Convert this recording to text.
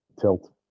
TILT